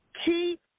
Keep